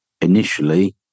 initially